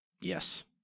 Yes